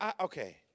okay